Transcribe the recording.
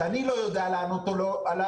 שאני לא יודע לענות עליו,